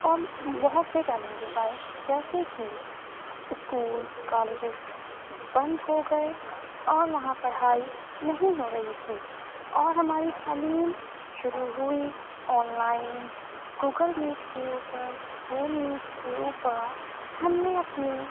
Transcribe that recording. اور بہت سے چیلنجیز آئے جیسے کی اسکول کالجیز بند ہوگئے اور وہاں پڑھائی نہیں ہو رہی تھی اور ہماری تعلیم شروع ہوئی آن لائن گوگل میٹ کے اوپر زوم میٹ کے اوپر ہم نے اپنی